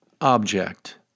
object